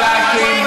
צל"שים,